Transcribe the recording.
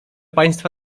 państwa